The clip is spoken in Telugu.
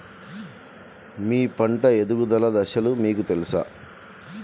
మీ పంట ఎదుగుదల దశలు మీకు తెలుసా?